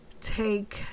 take